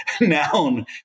noun